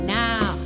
now